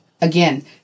Again